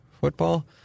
football